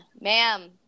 Ma'am